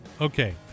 Okay